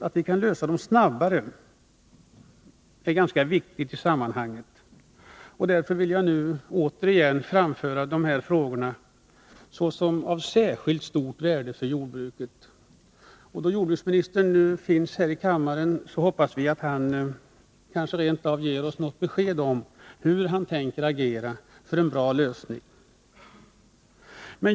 Att vi kan lösa dem snabbare tror jag är ganska viktigt i sammanhanget. Jag vill nu återigen framföra de här frågorna som frågor av särskilt stort värde för jordbruket. Eftersom jordbruksministern är här i kammaren hoppas jag att han kanske rent av kan ge oss något besked om hur han tänker agera för en bra lösning.